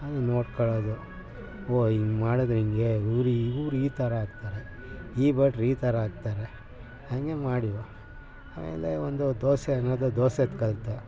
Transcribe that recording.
ಹಂಗೆ ನೋಡ್ಕೊಳ್ಳೋದು ಓ ಹಿಂಗೆ ಮಾಡಿದ್ರು ಹಿಂಗೆ ಇವರು ಇವ್ರು ಈ ಥರ ಹಾಕ್ತಾರೆ ಈ ಭಟ್ರು ಈ ಥರ ಹಾಕ್ತಾರೆ ಹಾಗೆ ಮಾಡಿವ ಆಮೇಲೆ ಒಂದು ದೋಸೆ ಅನ್ನೋದು ದೋಸೆದು ಕಲಿತೆ